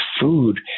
food